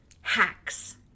hacks